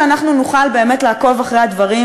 מה שאנחנו מסוגלים לסבול ולהשלים אתו.